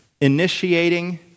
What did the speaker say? initiating